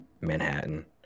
Manhattan